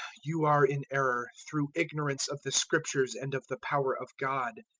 you are in error, through ignorance of the scriptures and of the power of god.